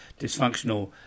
dysfunctional